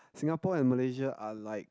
Singapore and Malaysia are like